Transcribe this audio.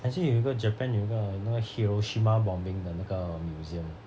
actually 有一个 japan 有一个那个 hiroshima bombing 的那个 museum